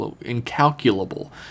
incalculable